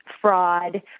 fraud